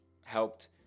helped